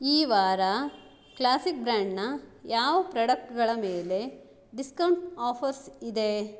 ಈ ವಾರ ಕ್ಲಾಸಿಕ್ ಬ್ರ್ಯಾಂಡ್ನ ಯಾವ ಪ್ರಾಡಕ್ಟ್ಗಳ ಮೇಲೆ ಡಿಸ್ಕೌಂಟ್ ಆಫರ್ಸ್ ಇದೆ